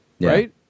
Right